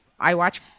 iWatch